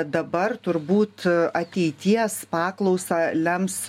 dabar turbūt ateities paklausą lems